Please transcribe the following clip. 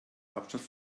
hauptstadt